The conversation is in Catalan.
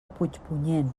puigpunyent